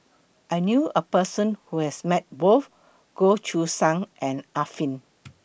I knew A Person Who has Met Both Goh Choo San and Arifin